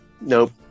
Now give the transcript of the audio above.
nope